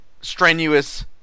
strenuous